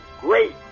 great